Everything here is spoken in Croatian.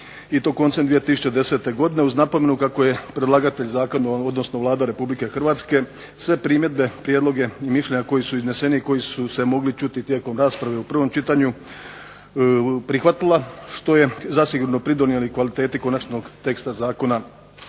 i to koncem 2010. godine, uz napomenu kako je predlagatelj zakona, odnosno Vlada Republike Hrvatske sve primjedbe, prijedloge, mišljenja koji su izneseni i koji su se mogli čuti tijekom rasprave u prvom čitanju prihvatila, što je zasigurno pridonijelo i kvaliteti konačnog teksta Zakona